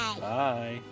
Bye